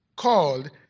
called